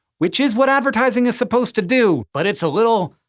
which is what advertising is supposed to do. but it's a little.